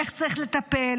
ואיך צריך לטפל.